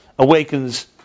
Awakens